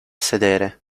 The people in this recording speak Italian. sedere